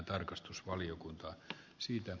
arvoisa puhemies